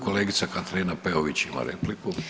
Kolegica Katarina Peović ima repliku.